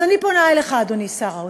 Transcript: אז אני פונה אליך, אדוני שר האוצר,